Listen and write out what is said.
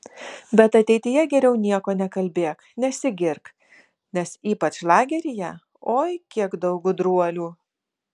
bet ateityje geriau nieko nekalbėk nesigirk nes ypač lageryje oi kiek daug gudruolių